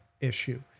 issue